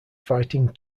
fighting